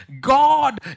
God